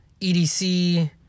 EDC